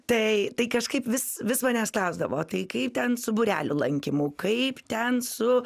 tai tai kažkaip vis vis manęs klausdavo tai kaip ten su būrelių lankymu kaip ten su